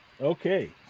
Okay